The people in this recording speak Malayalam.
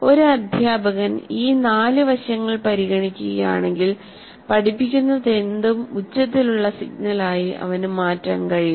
ഒരു അധ്യാപകൻ ഈ നാല് വശങ്ങൾ പരിഗണിക്കുകയാണെങ്കിൽ പഠിപ്പിക്കുന്നതെന്തും ഉച്ചത്തിലുള്ള സിഗ്നലായി അവന് മാറ്റാൻ കഴിയും